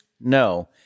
No